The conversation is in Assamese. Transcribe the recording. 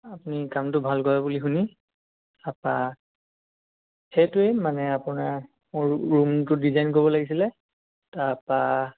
আপুনি কামটো ভাল কৰে বুলি শুনি তাৰপৰা সেইটোৱে মানে আপোনাৰ সৰু ৰূমটো ডিজাইন কৰিব লাগিছিলে তাৰপৰা